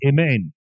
Amen